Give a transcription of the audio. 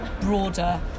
broader